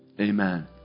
Amen